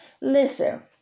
Listen